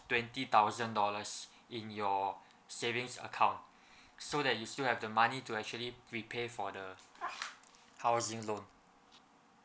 twenty thousand dollars in your savings account so that you still have the money to actually repay for the housing loan